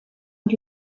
und